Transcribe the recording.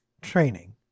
training